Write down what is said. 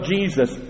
Jesus